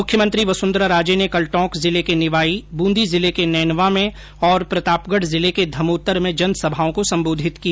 मुख्यमंत्री वसुंधरा राजे ने कल टोंक जिले के निवाई बूंदी जिले के नैनवां में और प्रतापगढ जिले के धमोतर में जनसभाओं को सम्बोधित किया